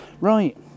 Right